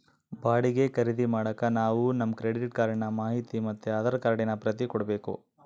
ಬಾಡಿಗೆ ಖರೀದಿ ಮಾಡಾಕ ನಾವು ನಮ್ ಕ್ರೆಡಿಟ್ ಕಾರ್ಡಿನ ಮಾಹಿತಿ ಮತ್ತೆ ಆಧಾರ್ ಕಾರ್ಡಿನ ಪ್ರತಿ ಕೊಡ್ಬಕು